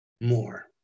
more